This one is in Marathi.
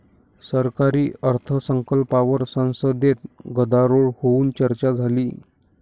सरकारी अर्थसंकल्पावर संसदेत गदारोळ होऊन चर्चा झाली